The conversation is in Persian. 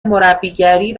مربیگری